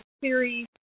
series